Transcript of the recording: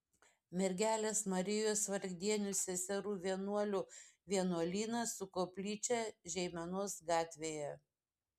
mergelės marijos vargdienių seserų vienuolių vienuolynas su koplyčia žeimenos gatvėje